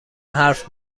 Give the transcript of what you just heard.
حرف